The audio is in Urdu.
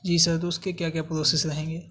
جی سر تو اس کے کیا کیا پروسیس رہیں گے